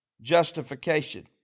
justification